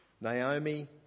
Naomi